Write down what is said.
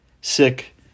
Sick